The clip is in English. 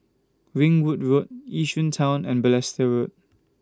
Ringwood Road Yishun Town and Balestier Road